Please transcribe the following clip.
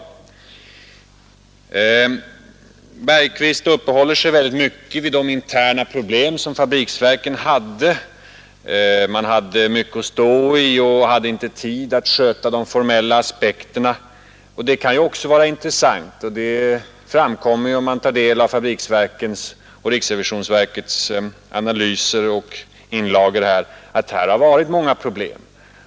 Herr Bergqvist uppehåller sig väldigt mycket vid de interna problem som fabriksverken hade. Man hade mycket att stå i och hade inte tid att sköta de formella aspekterna, säger han. Det kan ju vara intressant. Om man tar del av fabriksverkens och riksrevisionsverkets analyser och inlagor framkommer det också att här har det varit många problem.